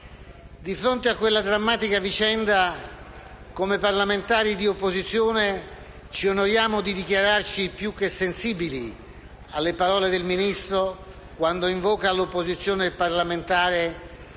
Di fronte a quella drammatica vicenda, come parlamentari di opposizione ci onoriamo di dichiararci più che sensibili alle parole del Ministro quando invoca l'opposizione parlamentare